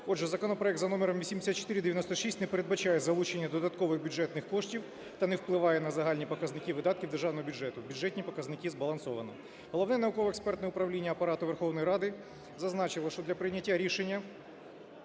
Отже, законопроект за номером 8496 не передбачає залучення додаткових бюджетних коштів та не впливає на загальні показники видатків державного бюджету. Бюджетні показники збалансовано. Головне науково-експертне управління Апарату Верховної Ради зазначило, що для прийняття рішення